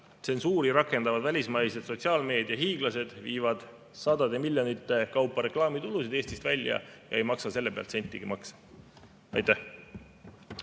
tsensuuri rakendavad välismaised sotsiaalmeediahiiglased viivad sadade miljonite kaupa reklaamitulu Eestist välja ja ei maksa selle pealt sentigi makse? Aitäh!